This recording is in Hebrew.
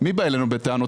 מי בא אלינו בטענות?